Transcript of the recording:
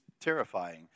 terrifying